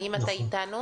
האם אתה איתנו?